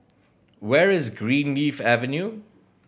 where is Greenleaf Avenue